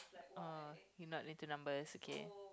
oh you're not into numbers it's okay